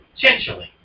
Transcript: potentially